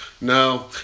No